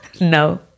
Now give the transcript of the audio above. No